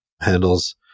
handles